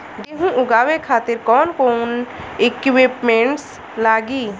गेहूं उगावे खातिर कौन कौन इक्विप्मेंट्स लागी?